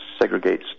segregates